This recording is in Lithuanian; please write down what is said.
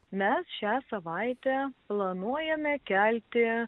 mes šią savaitę planuojame kelti